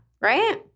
right